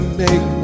make